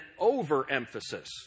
overemphasis